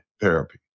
therapy